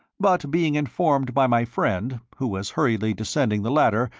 but being informed by my friend, who was hurriedly descending the ladder,